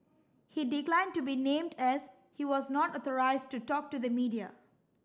he declined to be named as he was not authorised to talk to the media